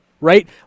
right